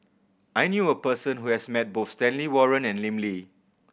I knew a person who has met both Stanley Warren and Lim Lee